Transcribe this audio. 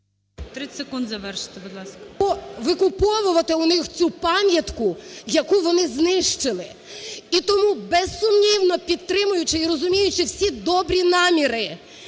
30 секунд завершити, будь ласка. ПОДОЛЯК І.І. … викуповувати у них цю пам'ятку, яку вони знищили. І тому, безсумнівно підтримуючи і розуміючи всі добрі наміри,